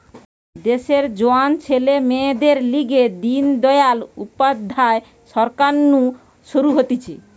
দেশের জোয়ান ছেলে মেয়েদের লিগে দিন দয়াল উপাধ্যায় সরকার নু শুরু হতিছে